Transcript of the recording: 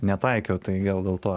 netaikiau tai gal dėl to